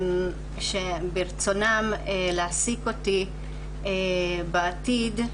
שברצונו להעסיק אותי בעתיד,